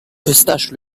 eustache